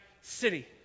city